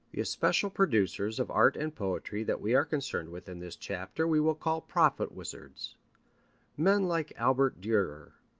the especial producers of art and poetry that we are concerned with in this chapter we will call prophet-wizards men like albert durer,